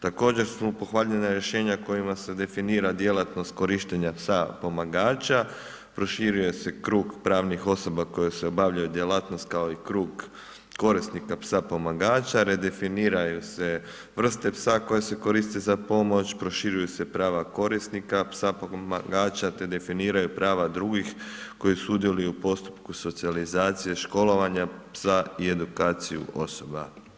Također su pohvaljena rješenja kojima se definira djelatnost korištenja psa pomagača, proširuje se krug pravnih osoba koje obavljaju djelatnost, kao i krug korisnika psa pomagača, redefiniraju se vrste psa koje se koriste za pomoć, proširuju se prava korisnika psa pomagača, te definiraju prava drugih, koji sudjeluju u postupku socijalizacije, školovanja psa i edukaciju osoba.